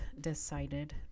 decided